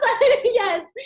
Yes